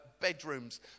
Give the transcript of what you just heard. Bedrooms